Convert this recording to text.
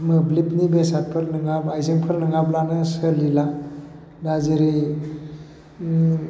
मोब्लिबनि बेसादफोर आइजेंफोर नङाब्लानो सोलिला दा जेरै